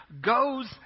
goes